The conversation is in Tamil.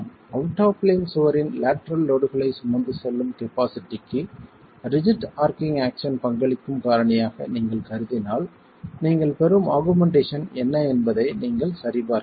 அவுட் ஆப் பிளேன் சுவரின் லேட்டரல் லோட்களைச் சுமந்து செல்லும் கபாஸிட்டிக்குக் ரிஜிட் ஆர்ச்சிங் ஆக்சன் பங்களிக்கும் காரணியாக நீங்கள் கருதினால் நீங்கள் பெறும் ஆகுமெண்டேஷன் என்ன என்பதை நீங்கள் சரிபார்க்கலாம்